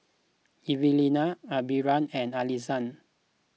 Evelina Amberly and Alison